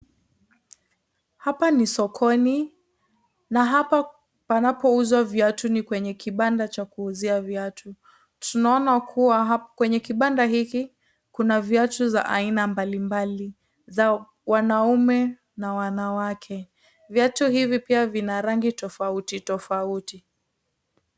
Hapa ni sokoni. Na hapa panapouzwa viatu ni kwenye kibanda cha kuuzia viatu. Tunaona kuwa kwenye kibanda hiki kuna viatu vya aina mbalimbali, za wanaume na wanawake. Viatu hivi pia vina rangI tofauti tofauti.